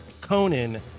Conan